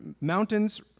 mountains